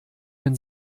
den